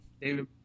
David